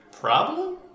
problem